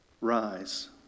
rise